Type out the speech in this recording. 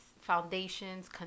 foundations